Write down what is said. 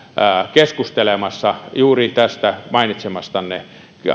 keskustelemassa juuri tästä mainitsemastanne